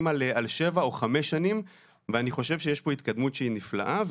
על שבע או חמש שנים ואני חושב שיש פה התקדמות שהיא נפלאה.